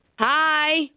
Hi